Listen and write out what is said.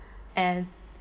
and